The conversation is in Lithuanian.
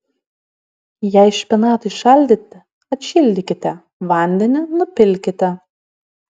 jei špinatai šaldyti atšildykite vandenį nupilkite